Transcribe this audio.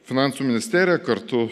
finansų ministerija kartu